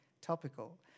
topical